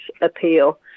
appeal